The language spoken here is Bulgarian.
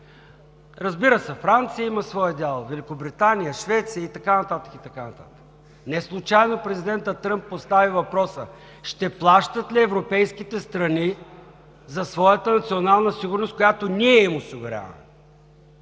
Разбира се, Франция има своя дял, Великобритания, Швеция и така нататък, и така нататък. Неслучайно президентът Тръмп постави въпроса: ще плащат ли европейските страни за своята национална сигурност, която ние им осигуряваме?